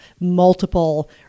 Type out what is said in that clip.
multiple